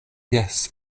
jes